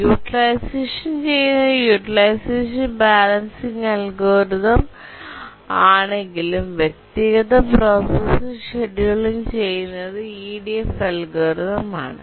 utilisation ചെയ്യുന്നത് utilisation balancing algorithm ആണെങ്കിലും വ്യക്തിഗത പ്രോസസർ ഷെഡ്യൂളിംഗ് ചെയ്യുന്നത് ഇഡിഎഫ് അൽഗോരിതം ആണ്